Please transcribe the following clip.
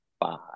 five